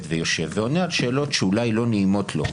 ויושב ועונה על שאלות שאולי לא נעימות לו.